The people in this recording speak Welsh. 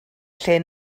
lle